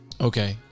Okay